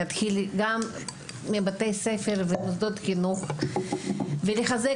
להתחיל מבתי הספר ומוסדות החינוך ולחזק